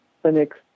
clinics